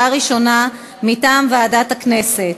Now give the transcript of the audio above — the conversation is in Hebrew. מטעם ועדת הכנסת,